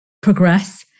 progress